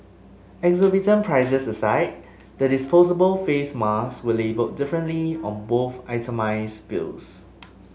exorbitant prices aside the disposable face masks were labelled differently on both itemised bills